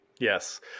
Yes